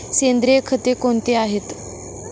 सेंद्रिय खते कोणती आहेत?